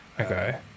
Okay